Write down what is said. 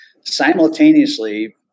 simultaneously